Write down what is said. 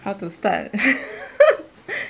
how to start